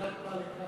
סאדאת בא לכאן.